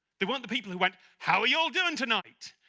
they weren't the people who went. how are y'all doing tonight!